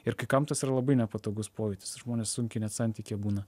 ir kai kam tas yra labai nepatogus pojūtis ir žmonės sunkiai net santykyje būna